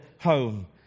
home